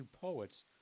poets